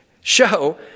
show